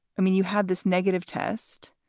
i mean, you had this negative test.